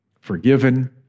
Forgiven